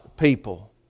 people